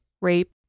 rape